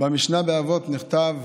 במשנת אבות נכתב: